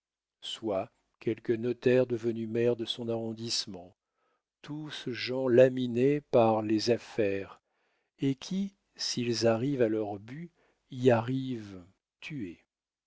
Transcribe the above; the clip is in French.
soit quelque notaire devenu maire de son arrondissement tous gens laminés par les affaires et qui s'ils arrivent à leur but y arrivent tués